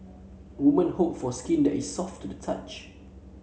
woman hope for skin that is soft to the touch